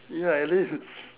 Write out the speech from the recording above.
ya it is